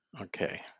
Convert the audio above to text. Okay